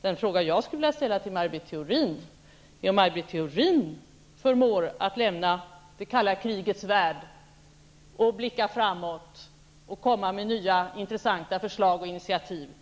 Den fråga som jag skulle vilja ställa till Maj Britt Theorin är om hon förmår att lämna det kalla krigets värld och blicka framåt och komma med nya intressanta förslag och initiativ.